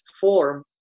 form